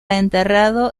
enterrado